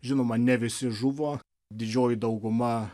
žinoma ne visi žuvo didžioji dauguma